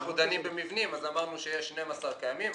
כיוון שאנחנו דנים במבנים אז אמרנו שיש 12 קיימים,